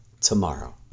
tomorrow